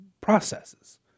processes